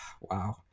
wow